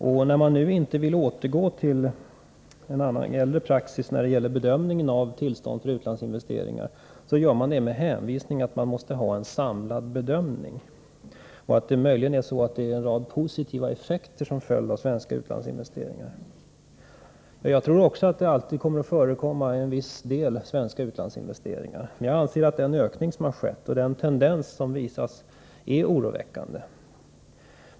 Och när man nu inte vill återgå till en äldre praxis då det gäller beviljandet av tillstånd till utlandsinvesteringar, sker det med hänvisning till att man måste kunna göra en samlad bedömning och att det möjligen är en rad positiva effekter som följer av svenska utlandsinvesteringar. Jag tror också att det alltid kommer att göras en del svenska utlandsinvesteringar, men jag anser att den ökning och den tendens som visar sig är oroväckande.